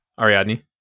Ariadne